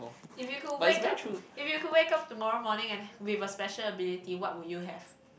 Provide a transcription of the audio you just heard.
if you could wake up if you could wake up tomorrow morning and with a special ability what would you have